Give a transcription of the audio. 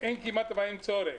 אין כמעט בהן צורך.